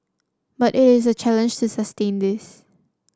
but it is a challenge to sustain this